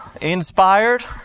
inspired